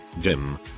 Jim